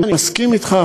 אני מסכים אתך,